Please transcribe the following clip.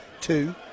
two